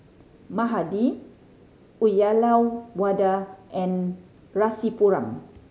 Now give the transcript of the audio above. Mahade Uyyalawada and Rasipuram